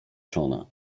czona